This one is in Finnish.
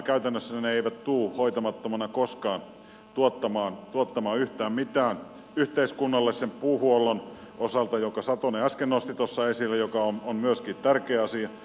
käytännössä ne eivät tule hoitamattomina koskaan tuottamaan yhtään mitään yhteiskunnalle sen puuhuollon osalta jonka satonen äsken nosti tuossa esille ja joka on myöskin tärkeä asia